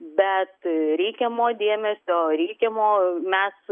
bet reikiamo dėmesio reikiamo mes